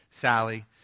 Sally